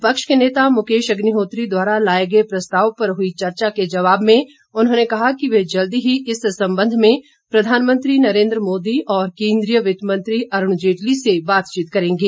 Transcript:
विपक्ष के नेता मुकेश अग्निहोत्री द्वारा लाए गए प्रस्ताव पर हुई चर्चा के जवाब में उन्होंने कहा कि वे जल्द ही इस संबंध में प्रधानमंत्री नरेंद्र मोदी और केंद्रीय वित्त मंत्री अरूण जेटली से बातचीत करेंगे